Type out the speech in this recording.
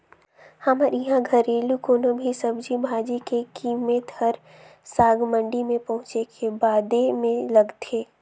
हमर इहां घरेलु कोनो भी सब्जी भाजी के कीमेत हर साग मंडी में पहुंचे के बादे में लगथे